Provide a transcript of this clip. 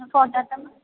फोटोतम